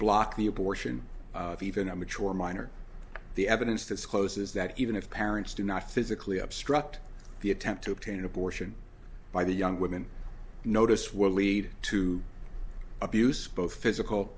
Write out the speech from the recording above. block the abortion even a mature minor the evidence discloses that even if parents do not physically obstruct the attempt to obtain an abortion by the young women notice will lead to abuse both physical